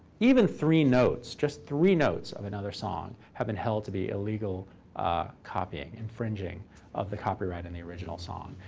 even three notes just three notes of another song have been held to be illegal copying, infringing of the copyright in the original song.